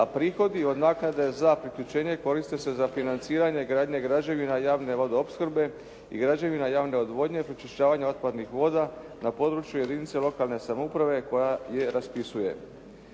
a prihodi od naknade za priključenje koriste se za financiranje gradnje građevina javne vodoopskrbe i građevina javne odvodnje i pročišćavanje otpadnih voda na području jedinice lokalne samouprave koja ih raspisuje.